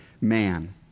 man